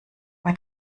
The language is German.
bei